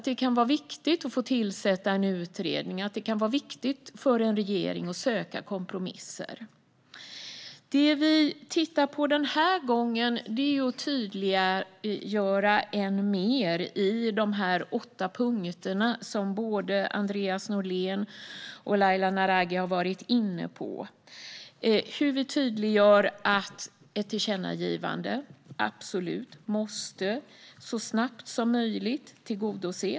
Det kan vara viktigt att tillsätta en utredning; det kan vara viktigt för en regering att söka kompromisser. Det vi tittar på den här gången är att i de åtta punkter som både Andreas Norlén och Laila Naraghi har varit inne på än mer tydliggöra att ett tillkännagivande absolut måste tillgodoses och det så snabbt som möjligt.